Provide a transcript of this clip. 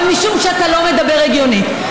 אבל משום שאתה לא מדבר הגיונית,